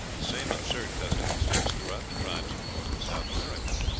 the same absurd custom extends throughout the tribes of north and south america.